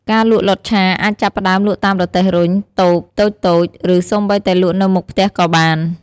ការលក់ លតឆា អាចចាប់ផ្ដើមលក់តាមរទេះរុញ តូបតូចៗ ឬសូម្បីតែលក់នៅមុខផ្ទះក៏បាន។